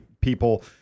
people